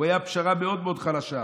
הוא היה פשרה מאוד מאוד חלשה.